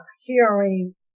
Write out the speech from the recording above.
hearing